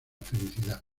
felicidad